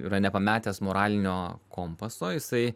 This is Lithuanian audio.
yra nepametęs moralinio kompaso jisai